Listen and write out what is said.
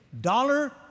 dollar